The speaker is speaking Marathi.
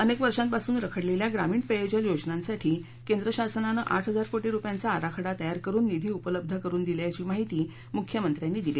अनेक वर्षांपासून रखडलेल्या ग्रामीण पेयजल योजनांसाठी केंद्र शासनानं आठ हजार कोटी रुपयांचा आराखडा तयार करून निधी उपलब्ध करून दिला असल्याची माहिती मुख्यमंत्र्यांनी दिली